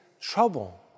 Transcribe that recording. trouble